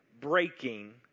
breaking